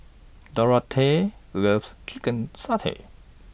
Dorathea loves Chicken Satay